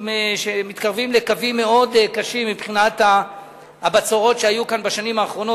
מתקרבים לקווים מאוד קשים מבחינת הבצורות שהיו כאן בשנים האחרונות.